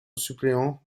suppléant